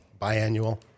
biannual